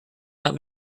not